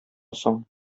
соң